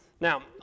Now